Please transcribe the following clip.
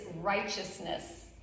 righteousness